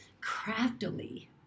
craftily